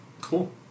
Cool